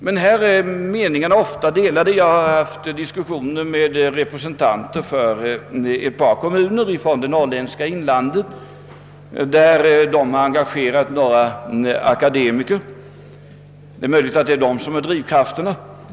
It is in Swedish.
Men här är meningarna ofta delade. Jag har haft diskussioner med representanter för ett par kommuner i det norrländska inlandet, där man engagerat några akademiker. Det är möjligt att det är de som är drivkrafterna.